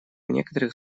некоторых